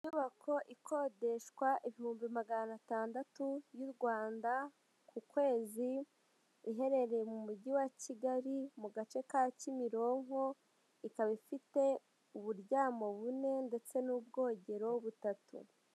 Inyubako ikodeshwa ibihumbi magana atandatu y'u Rwanda ku kwezi, iherereye mu mujyi wa Kigali mu gace ka Kimironko, ikaba ifite uburyamo bune ndetse n'ubwogero butatu.